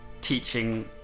teaching